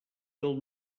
del